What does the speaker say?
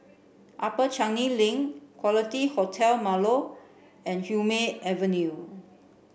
Upper Changi Link Quality Hotel Marlow and Hume Avenue